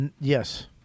Yes